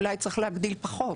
אולי צריך להגדיל פחות,